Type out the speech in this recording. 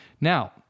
Now